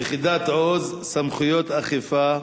יחידת "עוז" סמכויות ואכיפה,